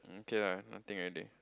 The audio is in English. okay lah nothing already